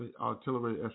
artillery